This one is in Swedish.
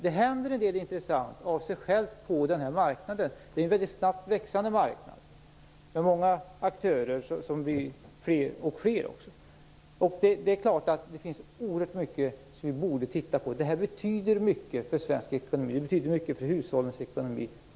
Det händer en del intressant av sig själv på den här marknaden. Det handlar om en väldigt snabbt växande marknad med många aktörer, som blir fler och fler. Det finns oerhört mycket som man borde titta på. Detta betyder mycket för svensk ekonomi och för hushållens ekonomi.